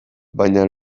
baina